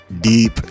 deep